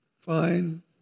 Fine